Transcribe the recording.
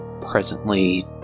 presently